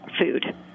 food